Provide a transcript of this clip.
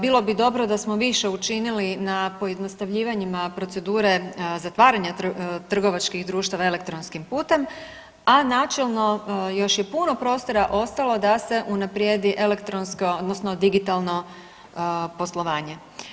Bilo bi dobro da smo više učinili na pojednostavljivanjima procedure zatvaranja trgovačkih društava elektronskim putem, a načelno još je puno prostora ostalo da se unaprijedi elektronsko, odnosno digitalno poslovanje.